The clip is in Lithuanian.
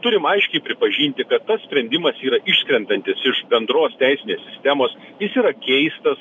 turim aiškiai pripažinti kad sprendimas yra iškrentantis iš bendros teisinės sistemos jis yra keistas